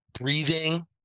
breathing